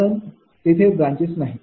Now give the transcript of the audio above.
कारण तेथे ब्रांचेस नाहीत